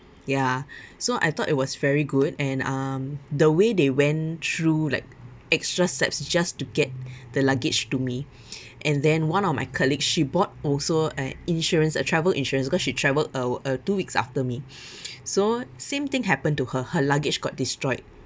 ya so I thought it was very good and um the way they went through like extra steps just to get the luggage to me and then one of my colleague she bought also an insurance a travel insurance because she travelled uh uh two weeks after me so same thing happen to her her luggage got destroyed